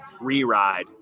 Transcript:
re-ride